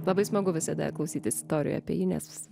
labai smagu visada klausyti istorijų apie jį nes